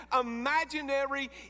imaginary